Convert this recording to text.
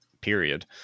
period